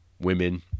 women